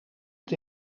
het